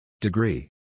Degree